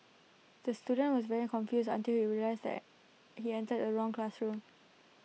the student was very confused until he realised he entered the wrong classroom